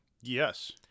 Yes